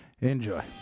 Enjoy